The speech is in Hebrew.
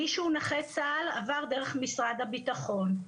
מי שהוא נכה צה"ל עבר דרך משרד הביטחון,